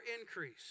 increase